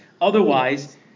otherwise